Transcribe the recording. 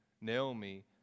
Naomi